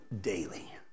daily